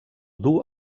dur